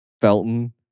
Felton